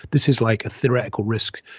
this is like a theoretical risk.